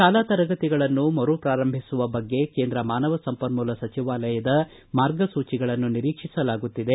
ಶಾಲಾ ತರಗತಿಗಳನ್ನು ಮರು ಪ್ರಾರಂಭಿಸುವ ಬಗ್ಗೆ ಕೇಂದ್ರ ಮಾನವ ಸಂಪನ್ನೂಲ ಸಚಿವಾಲಯದ ಮಾರ್ಗಸೂಚಿಗಳನ್ನು ನಿರೀಕ್ಷಿಸಲಾಗುತ್ತಿದೆ